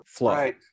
Right